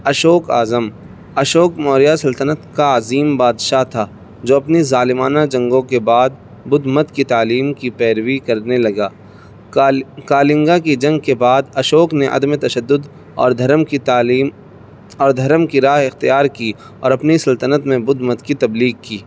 اشوک اعظم اشوک موریہ سلطنت کا عظیم بادشاہ تھا جو اپنی ظالمانہ جنگوں کے بعد بدھ مت کی تعلیم کی پیروی کرنے لگا کالنگا کی جنگ کے بعد اشوک نے عدم تشدد اور دھرم کی تعلیم اور دھرم کی راہ اختیار کی اور اپنی سلطنت میں بدھ مت کی تبلیغ کی